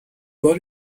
بار